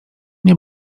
nie